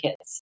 kids